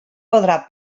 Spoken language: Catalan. podrà